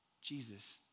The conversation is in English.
Jesus